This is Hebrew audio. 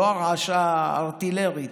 לא הרעשה ארטילרית,